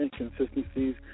inconsistencies